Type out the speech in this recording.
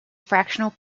fractional